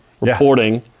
reporting